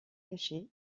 caché